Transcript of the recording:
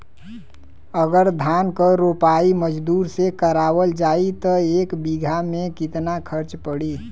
अगर धान क रोपाई मजदूर से करावल जाई त एक बिघा में कितना खर्च पड़ी?